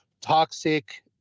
toxic